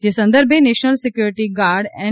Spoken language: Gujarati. જે સંદર્ભે નેશનલ સીક્યુરીટી ગાર્ડ એન